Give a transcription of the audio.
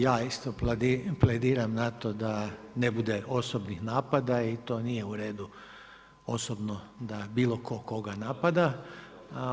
Ja isto plediram na to da ne bude osobnih napada i to nije u redu osobno da bilo tko koga napada.